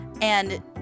and-